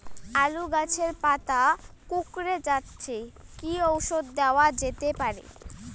আলু গাছের পাতা কুকরে গেছে কি ঔষধ দেওয়া যেতে পারে?